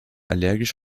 allergisch